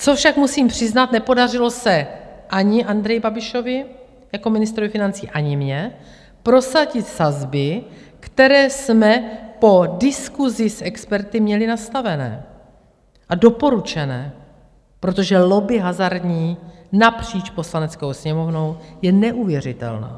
Co však musím přiznat, nepodařilo se ani Andreji Babišovi jako ministrovi financí, ani mně prosadit sazby, které jsme po diskusi s experty měli nastavené a doporučené, protože hazardní lobby napříč Poslaneckou sněmovnou je neuvěřitelná.